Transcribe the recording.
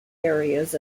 areas